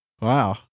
Wow